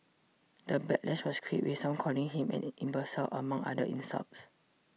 the backlash was quick with some calling him an imbecile among other insults